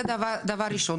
זה דבר ראשון.